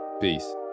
Peace